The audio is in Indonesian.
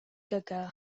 gagal